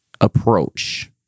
approach